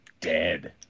dead